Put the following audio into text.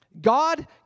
God